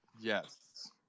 yes